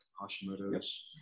Hashimoto's